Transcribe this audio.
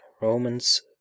Romans